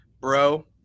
bro